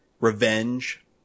revenge